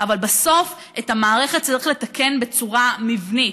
אבל בסוף את המערכת צריך לתקן בצורה מבנית,